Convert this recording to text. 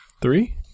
three